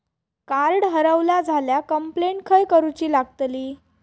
Card हरवला झाल्या complaint खय करूची लागतली?